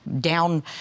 down